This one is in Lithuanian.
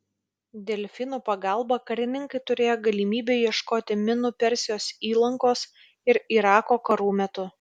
delfinų pagalba karininkai turėjo galimybę ieškoti minų persijos įlankos ir irako karų metu